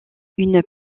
une